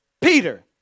Peter